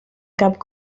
cap